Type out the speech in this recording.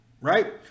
right